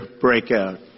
breakout